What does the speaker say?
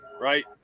right